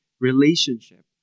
relationship